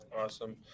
Awesome